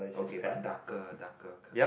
okay but darker darker colour